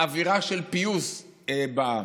אווירה של פיוס בעם.